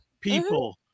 people